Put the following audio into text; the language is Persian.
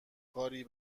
کاری